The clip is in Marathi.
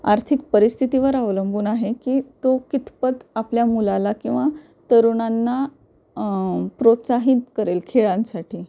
आर्थिक परिस्थितीवर अवलंबून आहे की तो कितपत आपल्या मुलाला किंवा तरुणांना प्रोत्साहित करेल खेळांसाठी